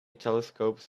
telescopes